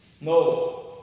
No